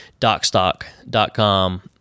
DocStock.com